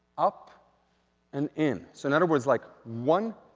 up and in. so in other words, like one,